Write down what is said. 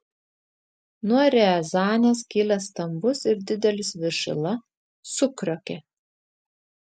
nuo riazanės kilęs stambus ir didelis viršila sukriokė